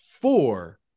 four